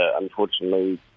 Unfortunately